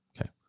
Okay